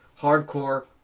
hardcore